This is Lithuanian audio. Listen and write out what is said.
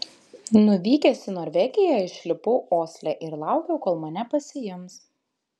nuvykęs į norvegiją išlipau osle ir laukiau kol mane pasiims